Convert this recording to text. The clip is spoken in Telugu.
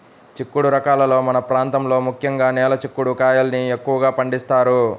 చిక్కుడు రకాలలో మన ప్రాంతంలో ముఖ్యంగా నేల చిక్కుడు కాయల్ని ఎక్కువగా పండిస్తారు